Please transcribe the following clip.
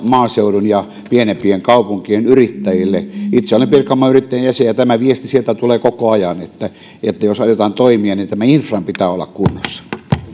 maaseudun ja pienempien kaupunkien yrittäjille itse olen pirkanmaan yrittäjien jäsen ja tämä viesti sieltä tulee koko ajan että jos aiotaan toimia niin infran pitää olla kunnossa